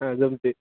हा जमते आहे